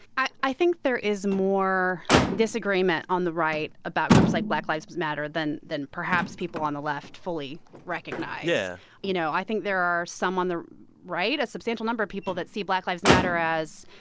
i i think there is more disagreement on the right about groups like black lives matter than than perhaps people on the left fully recognize yeah you know, i think there are some on the right a substantial number of people that see black lives matter as,